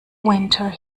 winter